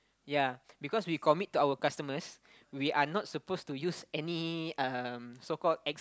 ya because we commit to our customers we are not supposed to use any um so called ex~